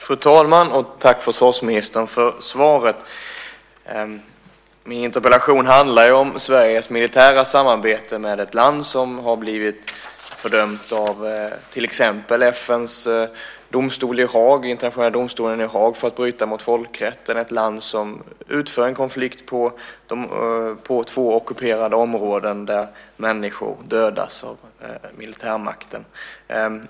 Fru talman! Tack, försvarsministern, för svaret. Min interpellation handlar om Sveriges militära samarbete med ett land som har blivit fördömt av till exempel FN:s internationella domstol i Haag för att bryta mot folkrätten, ett land som gått in i en konflikt på två ockuperade områden där människor dödas av militärmakten.